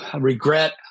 regret